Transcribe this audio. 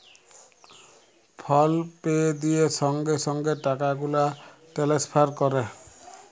ফল পে দিঁয়ে সঙ্গে সঙ্গে টাকা গুলা টেলেসফার ক্যরে